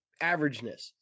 averageness